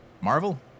Marvel